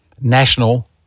national